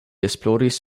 esploris